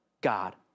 God